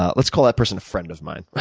ah let's call that person a friend of mine,